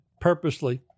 purposely